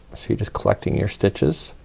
so you're just collecting your stitches.